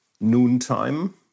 noontime